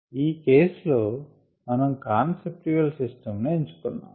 ఈ కేస్ లో మనం కాన్సెప్టువల్ సిస్టంను ఎంచుకున్నాం